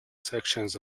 sections